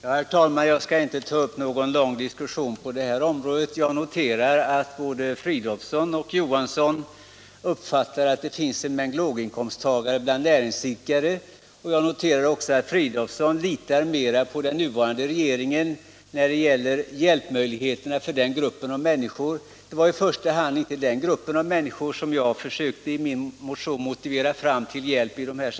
Herr talman! Jag skall inte ta upp någon lång diskussion. Jag noterar att både herr Fridolfsson och herr Johansson i Växjö uppfattar det så att det finns en mängd låginkomsttagare bland näringsidkare. Jag noterar också att herr Fridolfsson litar mer på den nuvarande regeringen när det gäller möjligheterna att hjälpa den gruppen av människor. Det var inte i första hand den gruppen av människor som jag tänkte på i min motion.